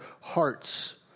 hearts